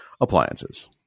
appliances